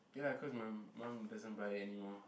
ya lah cause my mum doesn't buy anymore